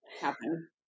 happen